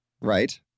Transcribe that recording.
right